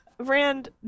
Rand